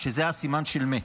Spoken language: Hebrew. זה היה סימן של מת.